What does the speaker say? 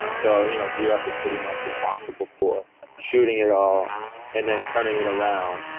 ah so you know drock was pretty much responsible for shooting it all and then turning it around.